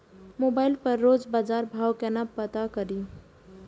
Mobile पर रोज बजार भाव कोना पता करि?